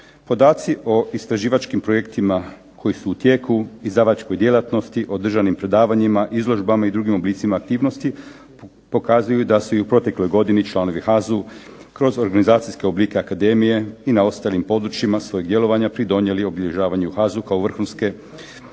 Podaci o istraživačkim projektima koji su u tijeku, izdavačkoj djelatnosti, održanim predavanjima, izložbama i drugim oblicima aktivnosti pokazuju da su i u protekloj godini članovi HAZU kroz organizacijske oblike akademije i na ostalim područjima svojeg djelovanja pridonijeli obilježavanju HAZU kao vrhunske hrvatske